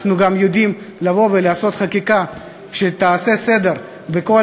אנחנו גם יודעים לבוא ולעשות חקיקה שתעשה סדר בקרב